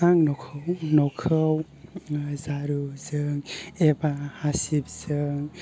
आं न'खौ न'खौ जारुजों एबा हासिबजों